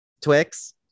Twix